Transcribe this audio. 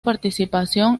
participación